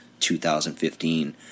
2015